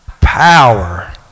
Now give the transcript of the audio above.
Power